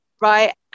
right